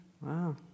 Wow